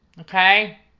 okay